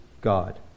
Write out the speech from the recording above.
God